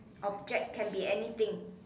object can be anything